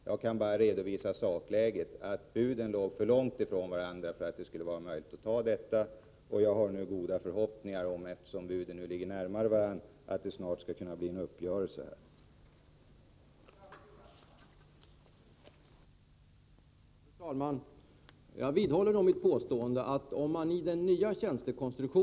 Jag kan bara redovisa sakläget: Buden låg för långt ifrån varandra för att det skulle vara möjligt att träffa en uppgörelse, och jag har nu — eftersom buden nu ligger närmare varandra — goda förhoppningar om att en uppgörelse snart skall kunna komma till stånd.